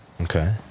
Okay